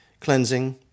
cleansing